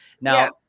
Now